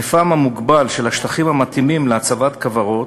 היקפם המוגבל של השטחים המתאימים להצבת כוורות,